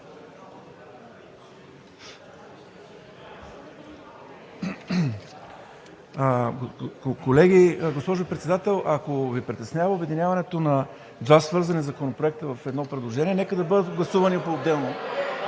(ДБ): Госпожо Председател, ако Ви притеснява обединяването на два свързани законопроекта в едно предложение, нека да бъдат гласувани поотделно.